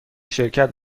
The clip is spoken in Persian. شرکت